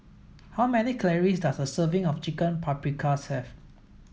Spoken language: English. how many calories does a serving of Chicken Paprikas have